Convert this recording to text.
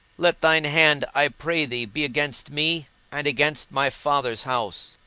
let thine hand, i pray thee, be against me and against my father's house.